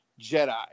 Jedi